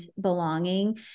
belonging